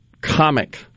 comic